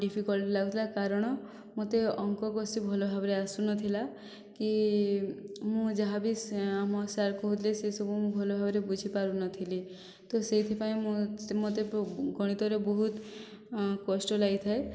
difficult ଲାଗୁଥିଲା କାରଣ ମୋତେ ଅଙ୍କ କଷି ଭଲ ଭାବରେ ଆସୁନଥିଲା କି ମୁଁ ଯାହା ସେ ଆମ ସାର୍ କହୁଥିଲେ ସେସବୁ ମୁଁ ଭଲ ଭାବରେ ବୁଝି ପାରୁ ନଥିଲି ତ ସେଇଥିପାଇଁ ମୁଁ ମୋତେ ଗଣିତରେ ବହୁତ କଷ୍ଟ ଲାଗିଥାଏ